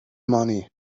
money